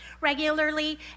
regularly